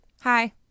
Hi